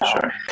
Sure